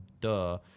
duh